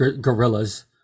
gorillas